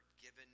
given